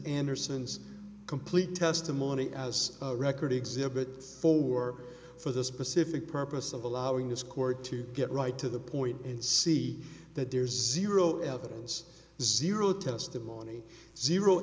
anderson's complete testimony as record exhibit four for the specific purpose of allowing this court to get right to the point in c that there's zero evidence zero testimony zero